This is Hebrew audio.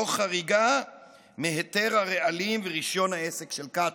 תוך חריגה מהיתר הרעלים ורישיון העסק של קצא"א.